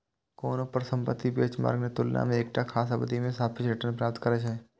कोनो परिसंपत्ति बेंचमार्क के तुलना मे एकटा खास अवधि मे सापेक्ष रिटर्न प्राप्त करै छै